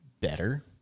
better